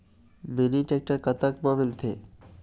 Mini tractor कतक म मिलथे?